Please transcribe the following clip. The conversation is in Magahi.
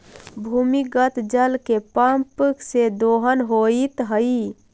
भूमिगत जल के पम्प से दोहन होइत हई